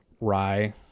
rye